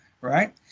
right